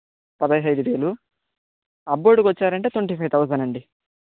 పదిహేను వేలు అబ్బాయికి వచ్చారంటే ట్వంటీ ఫైవ్ థౌజండ్ అండి